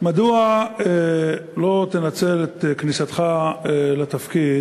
מדוע לא תנצל את כניסתך לתפקיד